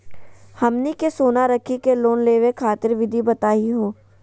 हमनी के सोना रखी के लोन लेवे खातीर विधि बताही हो?